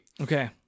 Okay